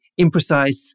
imprecise